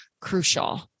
crucial